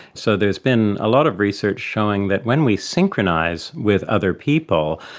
so there has been a lot of research showing that when we synchronise with other people,